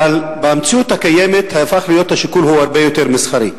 אבל במציאות הקיימת השיקול הפך להיות הרבה יותר מסחרי.